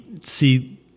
see